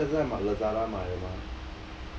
ya so that's why Lazada 买的嘛